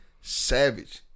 savage